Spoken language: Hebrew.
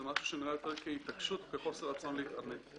זה משהו שנראה יותר כהתעקשות וכחוסר רצון להתעמת.